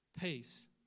peace